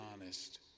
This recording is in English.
honest